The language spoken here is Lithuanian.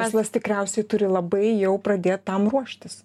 verslas tikriausiai turi labai jau pradėt tam ruoštis